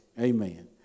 Amen